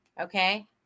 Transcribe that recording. Okay